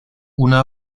una